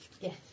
Yes